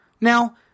Now